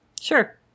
sure